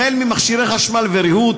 החל במכשירי חשמל וריהוט,